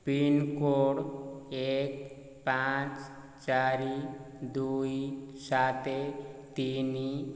pincode ଏକ ପାଞ୍ଚ ଚାରି ଦୁଇ ସାତ ତିନି